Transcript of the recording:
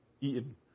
eaten